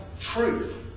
truth